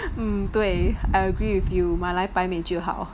mm 对 I agree with you 买来摆美就好